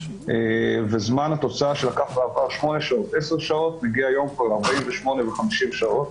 וזמן התוצאה שלקח בעבר 8-10 שעות מגיע היום ל-48-50 שעות,